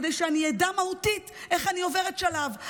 כדי שאני אדע מהותית איך אני עוברת שלב.